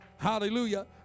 Hallelujah